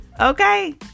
Okay